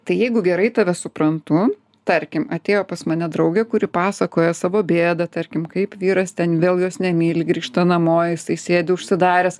tai jeigu gerai tave suprantu tarkim atėjo pas mane draugė kuri pasakoja savo bėdą tarkim kaip vyras ten vėl jos nemyli grįžta namo jisai sėdi užsidaręs